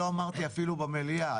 לא אמרתי אפילו במליאה,